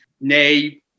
nay